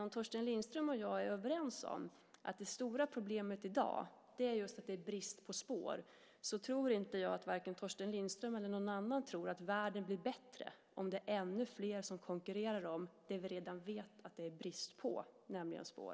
Om Torsten Lindström och jag är överens om att det stora problemet i dag är brist på spår, tror jag inte att vare sig Torsten Lindström eller någon annan tror att världen blir bättre om det är ännu fler som konkurrerar om det vi redan vet att det är brist på, nämligen spår.